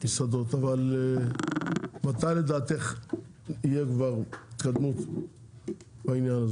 המסעדות, אבל מתי לדעתך תהיה התקדמות בעניין הזה?